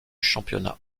championnat